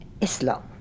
Islam